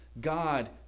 God